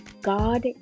God